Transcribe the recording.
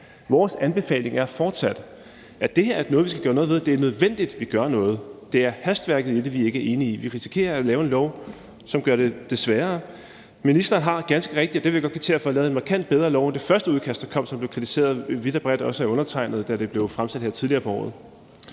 Vores anbefaling er fortsat, at det her altså er noget, vi skal gøre noget ved. Det er nødvendigt, at vi gør noget. Det er hastværket i det, vi ikke er enige i. Vi risikerer at lave en lov, der gør det sværere. Ministeren har ganske rigtigt – og det vil jeg godt kvittere for – lavet en markant bedre lov end det første udkast, der kom, og som blev kritiseret vidt og bredt, også af undertegnede, da det blev fremsat her tidligere på året.